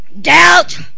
doubt